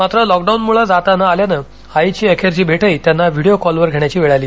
मात्र lockdown मुळे जाता न आल्यान आईची अखेरची भेटही त्यांना व्हिडीओ कॉलवर घेण्याची वेळ आली